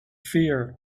fear